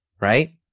right